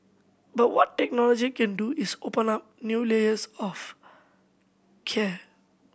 but what technology can do is open up new layers of care